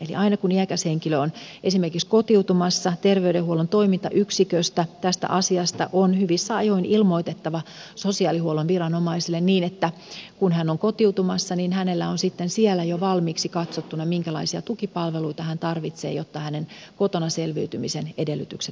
eli aina kun iäkäs henkilö on esimerkiksi kotiutumassa terveydenhuollon toimintayksiköstä tästä asiasta on hyvissä ajoin ilmoitettava sosiaalihuollon viranomaisille niin että kun hän on kotiutumassa hänellä on sitten siellä jo valmiiksi katsottuna minkälaisia tukipalveluita hän tarvitsee jotta hänen kotona selviytymisensä edellytykset täyttyisivät